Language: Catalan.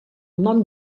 nom